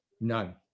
None